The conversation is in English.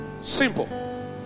Simple